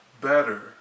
better